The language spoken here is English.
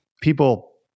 people